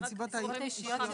הנסיבות האישיות שלו.